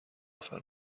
نفر